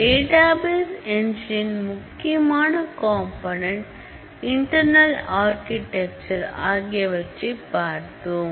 database என்ஜினின் முக்கியமான component internal architecture ஆகியவற்றைப் பார்த்தோம்